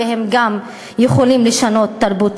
והם גם יכולים לשנות תרבות.